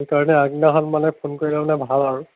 সেইকাৰণে আগদিনাখন মানে ফোন কৰিলে মানে ভাল আৰু